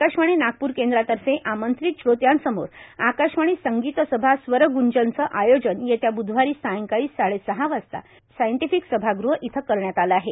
आकाशवाणी नागप्र केंद्रातर्फे आमंत्रित श्रोत्यांसमोर आकाशवाणी संगीत सभा स्वरगूंजनचं आयोजन येत्या ब्धवारी सायंकाळी साडेसहा वाजता सायंटिफिक सभागृह इथं करण्यात आलं आहे